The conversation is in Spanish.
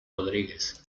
rodríguez